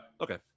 okay